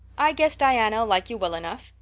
i guess diana ll like you well enough.